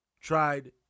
Tried